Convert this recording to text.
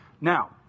Now